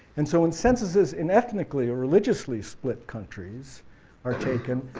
and so when censuses in ethnically or religiously split countries are taken,